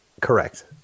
Correct